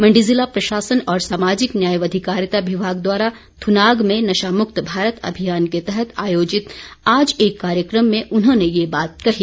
मंडी ज़िला प्रशासन और सामाजिक न्याय व अधिकारिता विभाग द्वारा थुनाग में नशा मुक्त भारत अभियान के तहत आयोजित आज एक कार्यक्रम में उन्होंने ये बात कही